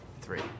three